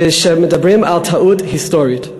ומדברים על טעות היסטורית.